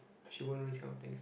she won't do this kind of things